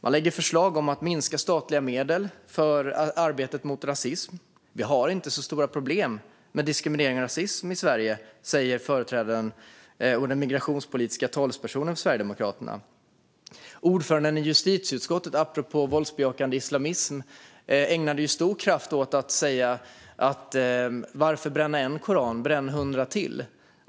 Man lägger fram förslag om att minska statliga medel för arbetet mot rasism. Vi har inte så stora problem med diskriminering och rasism i Sverige, säger företrädaren och den migrationspolitiska talespersonen för Sverigedemokraterna. Apropå våldsbejakande islamism ägnade ordföranden i justitieutskottet stor kraft åt att säga: Varför bränna en koran? Bränn hundra till.